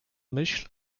myśl